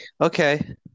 okay